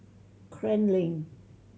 Klang Lane